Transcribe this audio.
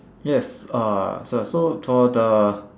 yes uh sir so for the